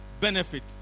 benefit